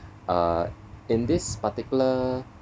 uh in this particular